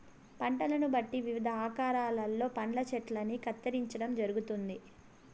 పంటలను బట్టి వివిధ ఆకారాలలో పండ్ల చెట్టల్ని కత్తిరించడం జరుగుతుంది